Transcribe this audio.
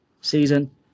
season